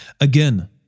Again